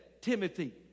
Timothy